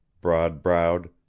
broad-browed